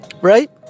right